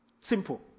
Simple